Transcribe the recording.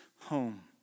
home